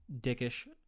dickish